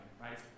right